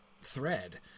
thread